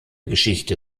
geschichte